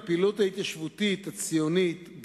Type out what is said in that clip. הפעילות ההתיישבותית הציונית,